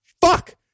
Fuck